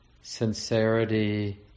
sincerity